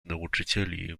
nauczycieli